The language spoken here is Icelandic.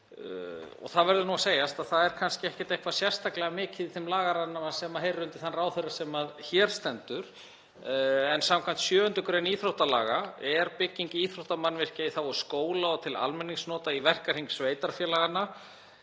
Það verður nú að segjast að það er kannski ekkert eitthvað sérstaklega mikið í þeim lagaramma sem heyrir undir þann ráðherra sem hér stendur. Samkvæmt 7. gr. íþróttalaga er bygging íþróttamannvirkja í þágu skóla og til almenningsnota í verkahring sveitarfélaganna